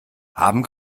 haben